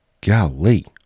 golly